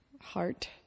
heart